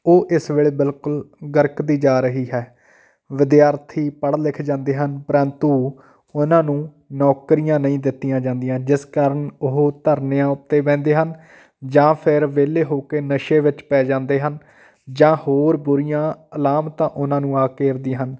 ਉਹ ਇਸ ਵੇਲੇ ਬਿਲਕੁਲ ਗਰਕਦੀ ਜਾ ਰਹੀ ਹੈ ਵਿਦਿਆਰਥੀ ਪੜ੍ਹ ਲਿਖ ਜਾਂਦੇ ਹਨ ਪਰੰਤੂ ਉਹਨਾਂ ਨੂੰ ਨੌਕਰੀਆਂ ਨਹੀਂ ਦਿੱਤੀਆਂ ਜਾਂਦੀਆਂ ਜਿਸ ਕਾਰਨ ਉਹ ਧਰਨਿਆਂ ਉੱਤੇ ਬਹਿੰਦੇ ਹਨ ਜਾਂ ਫਿਰ ਵਿਹਲੇ ਹੋ ਕੇ ਨਸ਼ੇ ਵਿੱਚ ਪੈ ਜਾਂਦੇ ਹਨ ਜਾਂ ਹੋਰ ਬੁਰੀਆਂ ਲਾਹਮਤਾਂ ਉਹਨਾਂ ਨੂੰ ਆ ਘੇਰਦੀਆਂ ਹਨ